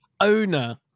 owner